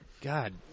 God